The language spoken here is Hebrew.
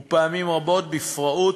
ופעמים רבות בפראות,